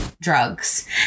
drugs